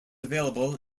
available